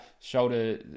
shoulder